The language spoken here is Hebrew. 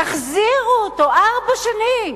תחזירו אותו, ארבע שנים.